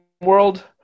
world